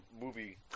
movie